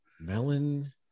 melon